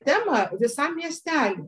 temą visam miesteliui